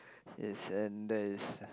he's under he's